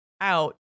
out